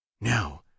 now